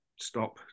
stop